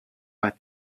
bat